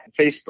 Facebook